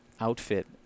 outfit